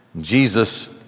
Jesus